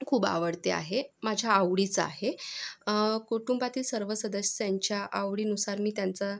खूप आवडते आहे माझ्या आवडीचं आहे कुटुंबातील सर्व सदस्यांच्या आवडीनुसार मी त्यांचा